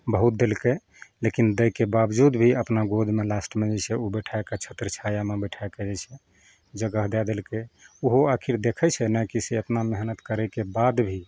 बहुत देलकै लेकिन दैके बावजूद भी अपना गोदमे लास्टमे जे छै ओ बैठाके छत्रछायामे बैठाके जे छै जगह दए देलकै ओहो आखिर देखै छै ने कि से एतना मेहनत करैके बाद भी